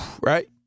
right